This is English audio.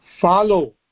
follow